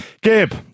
Gib